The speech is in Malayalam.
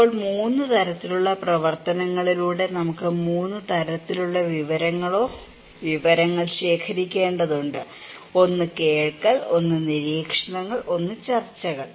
ഇപ്പോൾ 3 തരത്തിലുള്ള പ്രവർത്തനങ്ങളിലൂടെ നമുക്ക് 3 തരത്തിലുള്ള വിവരങ്ങളോ വിവരങ്ങളോ ശേഖരിക്കേണ്ടതുണ്ട് ഒന്ന് കേൾക്കൽ ഒന്ന് നിരീക്ഷണങ്ങൾ ഒന്ന് ചർച്ചകൾ